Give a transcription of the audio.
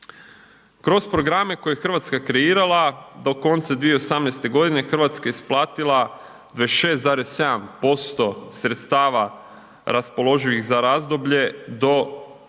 Kroz programe koje je Hrvatska kreirala do konca 2018. godine Hrvatska je isplatila 26,7% sredstava raspoloživih za razdoblje do